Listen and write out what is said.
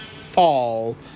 fall